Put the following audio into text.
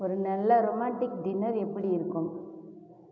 ஒரு நல்ல romantic dinner எப்படி இருக்கும்